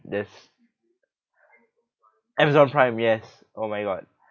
there's amazon prime yes oh my god